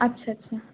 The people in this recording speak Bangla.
আচ্ছা আচ্ছা